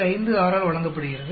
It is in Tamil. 56 ஆல் வழங்கப்படுகிறது